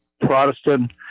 Protestant